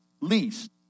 Least